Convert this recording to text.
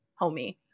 homie